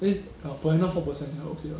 eh ah per annum four percent then okay lah